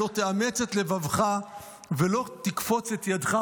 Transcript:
"לא תאמץ את לבבך ולא תקפֹץ את ידך",